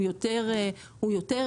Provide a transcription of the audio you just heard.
הוא יותר ריכוזי.